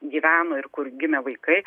gyveno ir kur gimė vaikai